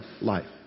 life